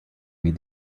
read